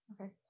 Okay